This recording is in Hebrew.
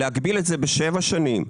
להגביל את זה בשבע שנים,